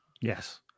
Yes